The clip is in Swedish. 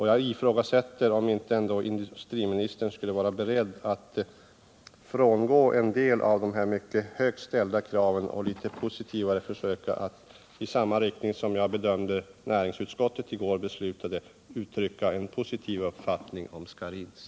Jag vill fråga om industriministern inte ändå skulle vara beredd att frångå en del av de mycket högt ställda kraven och försöka — i samma riktning som jag bedömde det näringsutskottet i går beslutade — uttrycka en positiv uppfattning om Scharins.